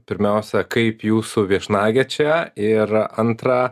pirmiausia kaip jūsų viešnagė čia ir antra